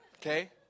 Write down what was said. okay